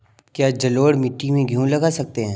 क्या जलोढ़ मिट्टी में गेहूँ लगा सकते हैं?